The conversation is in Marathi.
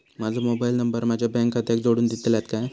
माजो मोबाईल नंबर माझ्या बँक खात्याक जोडून दितल्यात काय?